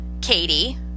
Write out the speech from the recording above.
Katie